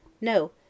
No